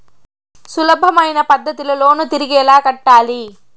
సులభమైన పద్ధతిలో లోను తిరిగి ఎలా కట్టాలి